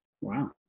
Wow